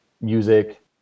music